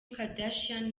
kardashian